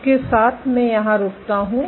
इसके साथ मैं यहां रुकता हूं